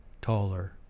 taller